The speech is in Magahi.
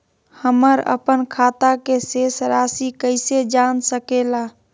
हमर अपन खाता के शेष रासि कैसे जान सके ला?